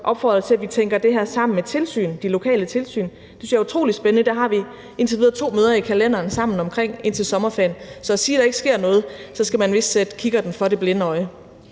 opfordrede til, at vi tænker det her sammen med de lokale tilsyn. Det synes jeg er utrolig spændende. Det har vi indtil videre to møder i kalenderen sammen om inden sommerferien. Så for at kunne sige, at der ikke sker noget, skal man vist sætte kikkerten for det blinde øje.